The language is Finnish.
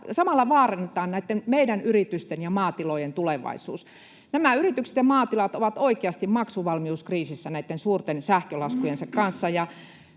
samalla vaarannetaan näitten meidän yritysten ja maatilojen tulevaisuus. Nämä yritykset ja maatilat ovat oikeasti maksuvalmiuskriisissä näitten suurten sähkölaskujensa kanssa.